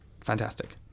fantastic